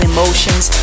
Emotions